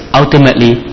ultimately